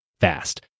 fast